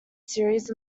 series